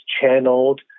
channeled